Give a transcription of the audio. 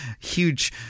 huge